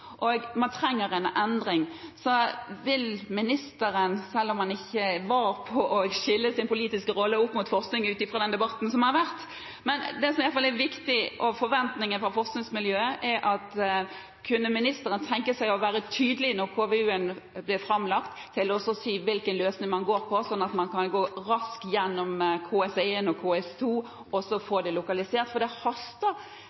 og man trenger en endring. Kunne ministeren – selv om han ikke er var på å skille mellom sin politiske rolle og forskningen ut fra den debatten som har vært, men det er viktig og forventes fra forskningsmiljøet – tenke seg å være tydelig når KVU-en blir framlagt, og si hvilken løsning man går for, slik at man kan gå raskt gjennom KS1 og KS2 og